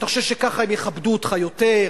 אתה חושב שככה הם יכבדו אותך יותר?